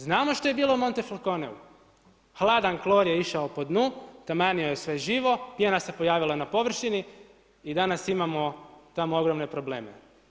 Znamo šta je bilo u Monte … hladan klor je išao po dnu, tamanio sve živo, pjena se pojavila na površini i danas imamo tamo ogromne probleme.